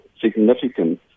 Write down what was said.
significant